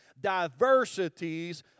diversities